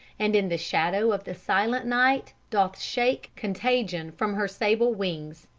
and in the shadow of the silent night doth shake contagion from her sable wings.